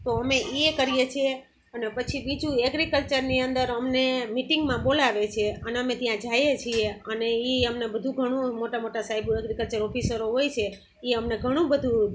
તો અમે એ પણ કરીએ છીએ અને પછી બીજું એગ્રિકલ્ચરની અંદર અમને મિટિંગમાં બોલાવે છે અન અમે ત્યાં જઈએ છીએ અને એ અમને બધું ઘણું મોટા મોટા સાહેબો એગ્રીકલ્ચર ઓફિસરો હોય છે એ અમને ઘણું બધું